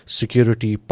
security